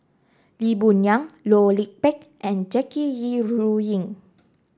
Lee Boon Yang Loh Lik Peng and Jackie Yi Ru Ying